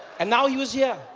and now he was yeah